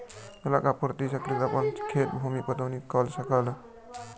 जलक आपूर्ति से कृषक अपन खेतक भूमि के पटौनी कअ सकल